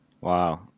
Wow